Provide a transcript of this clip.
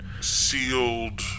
Sealed